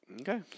Okay